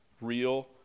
real